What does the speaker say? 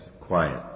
quiet